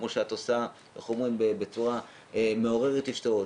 כמו שאת עושה בצורה מעוררת השתאות,